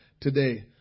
today